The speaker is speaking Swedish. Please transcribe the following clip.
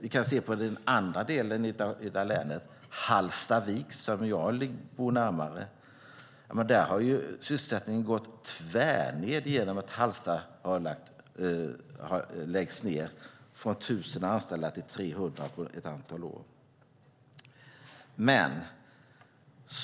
Vi kan se på den andra delen av länet, Hallstavik, som jag bor närmare. Där har sysselsättningen gått tvärned genom att Hallsta pappersbruk lägger ner delar av sin verksamhet, från 1 000 anställda till 300 på ett antal år.